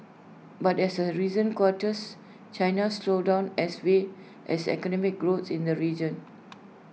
but as of recent quarters China's slowdown has weighed as economic growth in the region